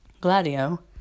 Gladio